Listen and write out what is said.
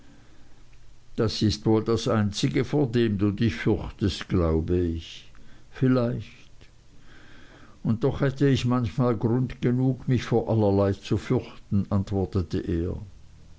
das ist wohl das einzige vor dem du dich fürchtest glaube ich vielleicht und doch hätte ich manchmal grund genug mich vor allerlei zu fürchten antwortete er